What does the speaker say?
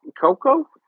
Coco